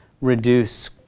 reduce